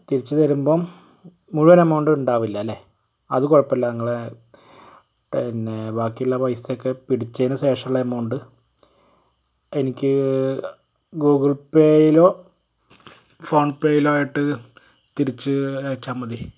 തിരിച്ചു തരുമ്പം മുഴുവൻ എമൗണ്ടുണ്ടാവില്ലല്ലെ അത് കുഴപ്പമില്ലാ ഇങ്ങള് പിന്നേ ബാക്കിയുള്ള പൈസയൊക്കെ പിടിച്ചതിനു ശേഷമുള്ള അമൗണ്ട് എനിക്ക് ഗൂഗിൾ പ്പേയിലോ ഫോൺ പേയിലോ ആയിട്ട് തിരിച്ച് അയച്ചാൽ മതി